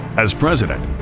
as president,